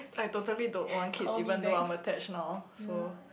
I totally don't want kids even though I'm attached now so